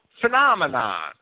phenomenon